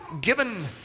given